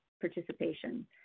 participation